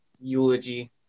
eulogy